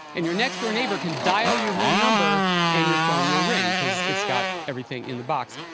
and your next door neighbor can dial your home number and your phone will ring, because it's got everything in the box.